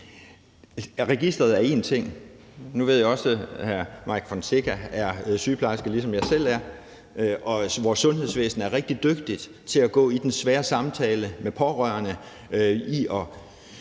Registret er én ting. Nu ved jeg også, at hr. Mike Villa Fonseca er sygeplejerske, ligesom jeg selv er, og vores sundhedsvæsen er rigtig dygtigt til at gå til den svære samtale med pårørende for at